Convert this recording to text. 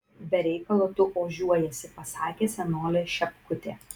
be reikalo tu ožiuojiesi pasakė senolė šepkutė